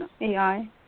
AI